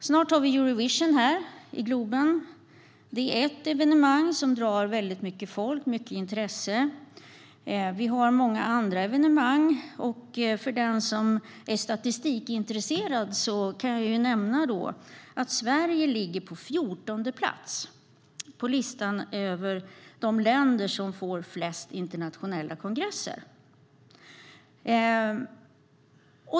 Snart har vi Eurovision i Globen. Det är ett evenemang som drar mycket folk och mycket intresse. Vi har många andra evenemang, och för den som är statistikintresserad kan jag nämna att Sverige ligger på 14:e plats på listan över de länder som får flest internationella kongresser.